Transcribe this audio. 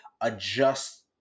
adjust